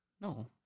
No